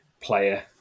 player